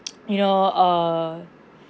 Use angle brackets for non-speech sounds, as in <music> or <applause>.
<noise> you know err